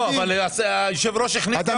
לא, אבל היושב ראש החליט להגדיל.